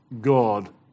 God